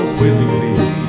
willingly